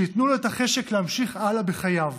שייתן לו את החשק להמשיך הלאה בחייו